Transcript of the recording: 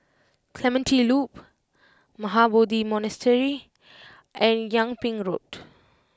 Clementi Loop Mahabodhi Monastery and Yung Ping Road